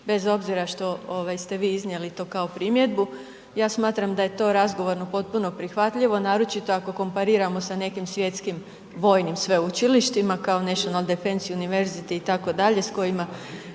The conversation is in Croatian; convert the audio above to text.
bez obzira što ovaj ste vi iznijeli to kao primjeru. Ja smatram da je to razgovorno potpuno prihvatljivo, naročito ako kompariramo sa nekim svjetskim vojnim sveučilištima kao nešto na Defense Univerzity itd., s kojima